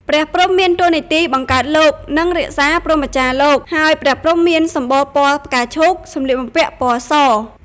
ព្រះព្រហ្ម មានតួនាទីបង្កើតលោក និងរក្សាព្រហ្មចារ្យលោក ហើយព្រះព្រហ្មមានសម្បុរពណ៌ផ្កាឈូក សំម្លៀកបំពាក់ពណ៌ស ។